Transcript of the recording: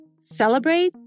Celebrate